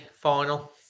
final